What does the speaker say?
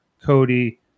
Cody